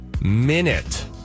minute